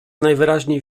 najwyraźniej